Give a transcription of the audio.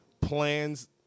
plans